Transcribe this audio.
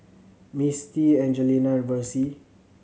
Misty Angelina and Versie